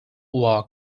war